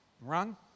run